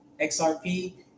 XRP